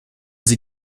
sie